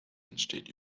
entsteht